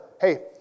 hey